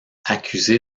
accusé